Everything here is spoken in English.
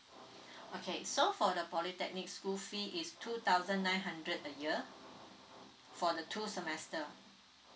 okay so for the polytechnic school fee is two thousand nine hundred a year for the two semester